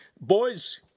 Boys